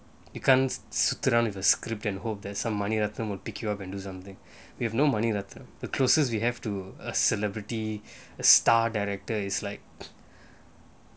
you can't sit around with a script and hope that some money item will pick you up and do something with no money letter the closest we have to a celebrity a star director is like